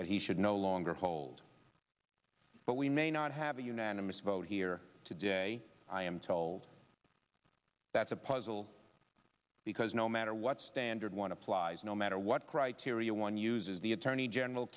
that he should no longer hold but we may not have a unanimous vote here today i am told that's a puzzle because no matter what standard one applies no matter what criteria one uses the attorney general